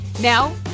Now